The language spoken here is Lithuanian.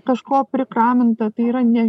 kažko prikraminta tai yra ne